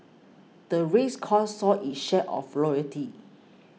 the race course saw its share of royalty